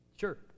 sure